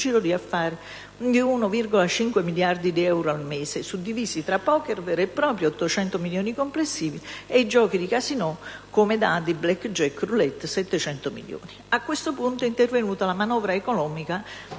A questo punto è intervenuta la manovra economica,